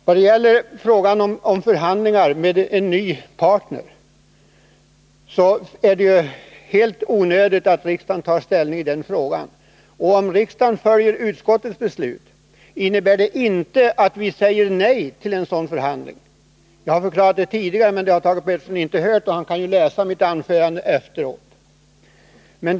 » Vad gäller förhandlingar med en ny partner är det helt onödigt att riksdagen tar ställning i denna fråga. Om riksdagen följer utskottets förslag, innebär det inte att vi säger nej till en sådan förhandling. Jag har förklarat det tidigare, men det har Thage Peterson inte hört — han kan ju läsa mitt anförande efteråt.